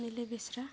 ᱢᱤᱞᱤ ᱵᱮᱥᱨᱟ